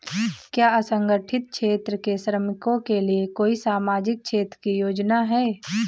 क्या असंगठित क्षेत्र के श्रमिकों के लिए कोई सामाजिक क्षेत्र की योजना है?